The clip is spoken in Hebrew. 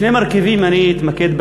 בשני מרכיבים אני אתמקד.